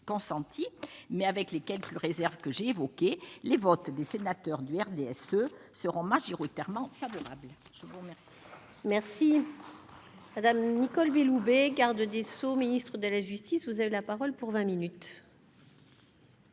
mais avec les quelques réserves que j'ai évoqué les vote des sénateurs du RDSE seront majoritairement. Je vous remercie, merci. Madame Nicole Belloubet, garde des Sceaux, ministre de la Justice, vous avez la parole pour 20 Minutes.